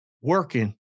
working